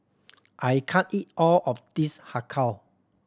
I can't eat all of this Har Kow